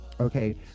okay